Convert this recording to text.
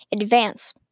advance